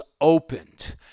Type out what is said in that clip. opened